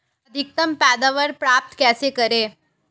अधिकतम पैदावार प्राप्त कैसे करें?